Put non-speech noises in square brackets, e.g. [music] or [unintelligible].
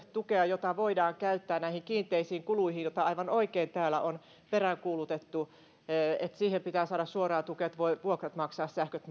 tukea jota voidaan käyttää näihin kiinteisiin kuluihin ja aivan oikein täällä on peräänkuulutettu että siihen pitää saada suoraa tukea että voi vuokrat maksaa sähköt [unintelligible]